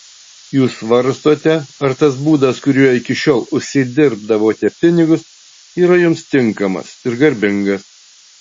jūs svarstote ar tas būdas kuriuo iki šiol užsidirbdavote pinigus yra jums tinkamas ir garbingas